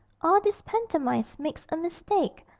all these pantomimes makes a mistake.